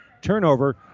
turnover